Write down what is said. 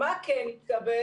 מה כן התקבל?